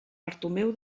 bartomeu